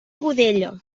godella